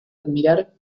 admirar